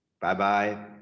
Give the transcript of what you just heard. Bye-bye